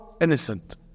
innocent